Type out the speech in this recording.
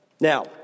Now